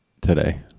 today